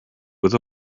with